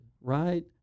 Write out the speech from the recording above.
Right